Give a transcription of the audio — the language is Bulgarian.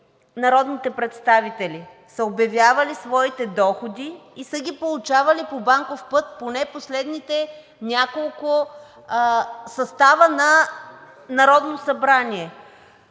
народните представители са обявявали своите доходи и са ги получавали по банков път поне в последните няколко състава на Народното събрание.